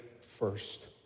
first